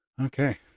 okay